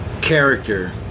character